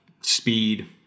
speed